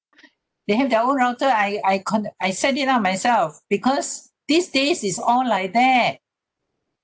they have their own router I I con~ I set it out myself because these days is all like that